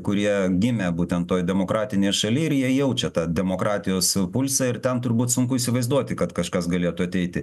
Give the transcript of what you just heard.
kurie gimė būtent toj demokratinėj šaly ir jei jaučia tą demokratijos pulsą ir ten turbūt sunku įsivaizduoti kad kažkas galėtų ateiti